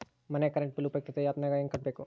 ಮನೆ current bill ಉಪಯುಕ್ತತೆ app ನಾಗ ಹೆಂಗ ಕಟ್ಟಬೇಕು?